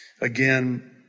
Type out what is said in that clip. Again